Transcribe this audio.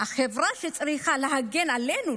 החברה שצריכה להגן עלינו,